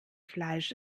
fleisch